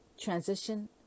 transition